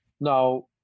Now